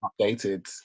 Updated